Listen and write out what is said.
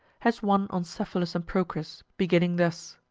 has one on cephalus and procris, beginning thus